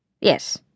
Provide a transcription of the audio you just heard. Yes